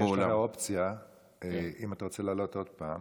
יש לך אופציה לעלות עוד פעם